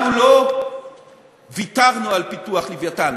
אנחנו לא ויתרנו על פיתוח "לווייתן",